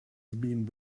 been